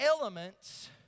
elements